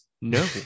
No